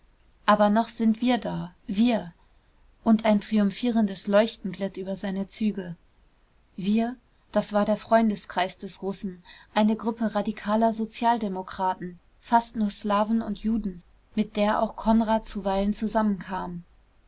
aber noch sind wir da wir und ein triumphierendes leuchten glitt über seine züge wir das war der freundeskreis des russen eine gruppe radikaler sozialdemokraten fast nur slawen und juden mit der auch konrad zuweilen zusammenkam